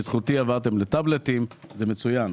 בזכותי עברתם לטבלטים וזה מצוין.